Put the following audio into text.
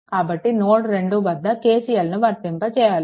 కాబట్టి నోడ్2 వద్ద KCLను వర్తింప చేయాలి